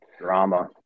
drama